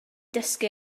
dysgu